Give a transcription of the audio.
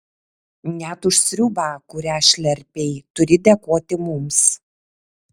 net už sriubą kurią šlerpei turi dėkoti mums